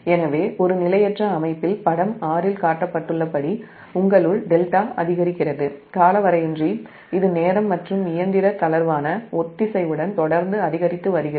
எனவே ஒரு நிலையற்ற அமைப்பில் படம் 6 இல் காட்டப்பட்டுள்ளபடி உங்களுள் δ அதிகரிக்கிறது காலவரையின்றி இது நேரம் மற்றும் இயந்திர தளர்வான ஒத்திசைவுடன் தொடர்ந்து அதிகரித்து வருகிறது